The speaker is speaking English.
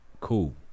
cool